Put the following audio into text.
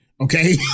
okay